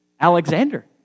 Alexander